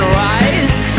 rise